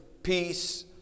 peace